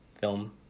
film